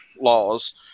laws